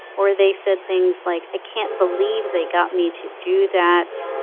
or they said things like, i can't believe they got me to do that.